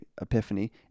epiphany